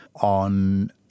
on